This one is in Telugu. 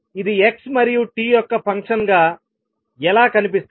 ఇది x మరియు t యొక్క ఫంక్షన్ గా ఎలా కనిపిస్తుంది